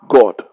God